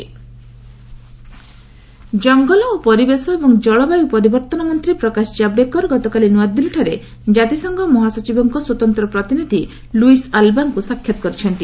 Javadekar climate ଜଙ୍ଗଲ ଓ ପରିବେଶ ଏବଂ ଜଳବାୟୁ ପରିବର୍ତ୍ତନ ମନ୍ତ୍ରୀ ପ୍ରକାଶ ଜାବଡେକର ଗତକାଲି ନୂଆଦିଲ୍ଲୀଠାରେ କାତିସଂଘ ମହାସଚିବଙ୍କ ସ୍ୱତନ୍ତ୍ର ପ୍ରତିନିଧି ଲୁଇସ୍ ଆଲ୍ବାଙ୍କୁ ସାକ୍ଷାତ କରିଛନ୍ତି